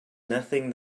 nothing